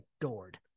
adored